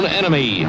enemy